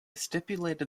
stipulated